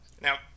Now